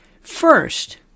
First